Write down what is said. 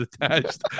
attached